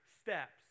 steps